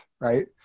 right